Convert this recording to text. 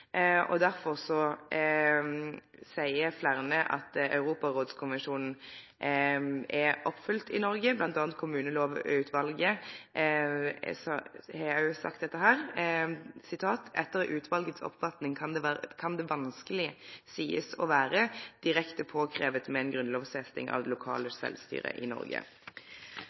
og grunnleggjande verdi. Derfor seier fleire at Europarådskommisjonen er oppfylt i Noreg. Blant anna har Kommunelovutvalet òg sagt dette: «Etter utvalgets oppfatning kan det vanskelig sies å være direkte påkrevet med en grunnlovsfesting av det lokale selvstyret i Norge.»